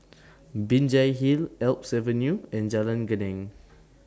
Binjai Hill Alps Avenue and Jalan Geneng